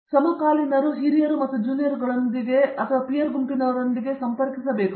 ಮತ್ತು ಅವರು ಸಮಕಾಲೀನರು ಹಿರಿಯರು ಮತ್ತು ಜೂನಿಯರ್ಗಳೆಂದರೆ ಪೀರ್ ಗುಂಪಿನವರು ತಮ್ಮ ಪೀರ್ ಗುಂಪಿನೊಂದಿಗೆ ಸಂಪರ್ಕಿಸಬೇಕು